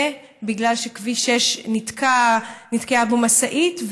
זה בגלל שבכביש 6 נתקעה משאית,